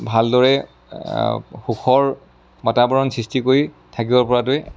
ভালদৰে সুখৰ বাতাবৰণ সৃষ্টি কৰি থাকিব পৰাটোৱেই